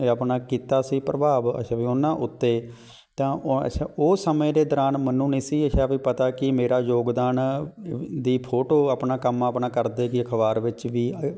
ਅਤੇ ਆਪਣਾ ਕੀਤਾ ਸੀ ਪ੍ਰਭਾਵ ਅੱਛਾ ਵੀ ਉਹਨਾਂ ਉੱਤੇ ਤਾਂ ਉ ਅੱਛਾ ਉਹ ਸਮੇਂ ਦੇ ਦੌਰਾਨ ਮੈਨੂੰ ਨਹੀਂ ਸੀ ਅੱਛਾ ਵਈ ਪਤਾ ਕਿ ਮੇਰਾ ਯੋਗਦਾਨ ਦੀ ਫੋਟੋ ਆਪਣਾ ਕੰਮ ਆਪਣਾ ਕਰਦੇ ਕਿ ਅਖਬਾਰ ਵਿੱਚ ਵੀ